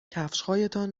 کفشهایتان